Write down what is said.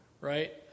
right